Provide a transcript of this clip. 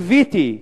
קיוויתי,